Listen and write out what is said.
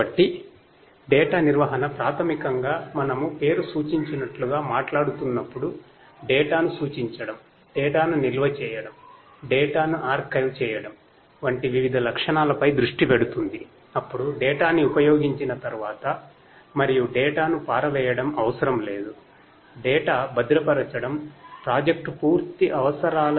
కాబట్టి డేటా నిర్వహణ యొక్క విభిన్న అవసరాలు